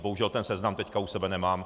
Bohužel ten seznam teď u sebe nemám.